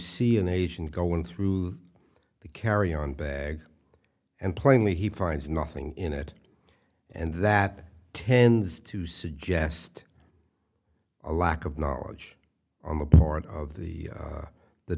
see an agent go in through the carry on bag and plainly he finds nothing in it and that tends to suggest a lack of knowledge on the part of the